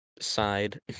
side